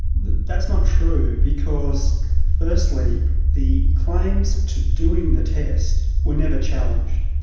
that's not true because firstly the claims to doing the test were never challenged.